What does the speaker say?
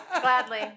Gladly